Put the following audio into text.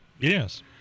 Yes